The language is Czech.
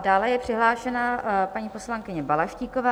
Dále je přihlášena paní poslankyně Balaštíková.